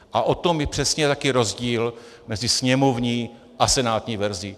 A o tom je přesně ten rozdíl mezi sněmovní a senátní verzí.